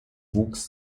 wuchs